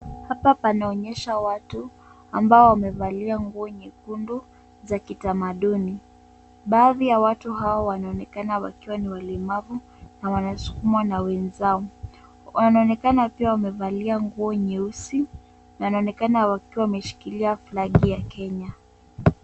Hapa panaonyesha watu ambao wamevalia nguo nyekundu za kitamaduni. Baadhi ya watu hawa wanaonekana wakiwa ni walemavu na wanasukumwa na wenzao. Wanaonekana pia wamevalia nguo nyeusi na wanaonekana wakiwa wameshikilia flagi ya Kenya.